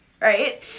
Right